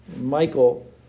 Michael